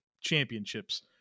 championships